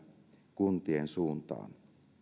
kuntien suuntaan